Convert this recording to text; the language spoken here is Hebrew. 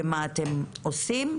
ומה אתם עושים.